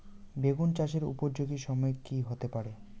বেগুন চাষের উপযোগী সময় কি হতে পারে?